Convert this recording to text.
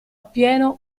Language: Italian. appieno